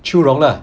qiu rong lah